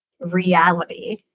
reality